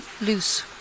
loose